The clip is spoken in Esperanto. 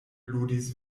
ludis